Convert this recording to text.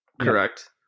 Correct